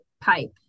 pipe